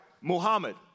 Muhammad